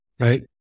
Right